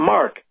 Mark